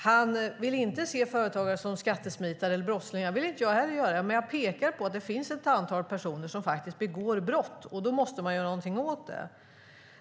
Han vill inte se företagare som skattesmitare eller brottslingar. Det vill inte heller jag göra. Men jag pekar på att det finns ett antal personer som begår brott, och då måste man göra någonting åt det.